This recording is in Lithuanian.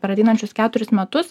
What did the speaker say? per ateinančius keturis metus